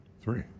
Three